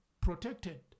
protected